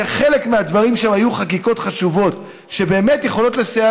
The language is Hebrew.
כי חלק מהדברים שם היו חקיקות חשובות שבאמת יכולות לסייע,